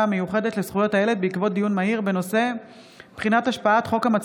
המיוחדת לזכויות הילד בעקבות דיון מהיר בהצעתו של חבר הכנסת